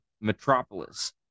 Metropolis